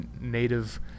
native